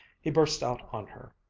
he burst out on her,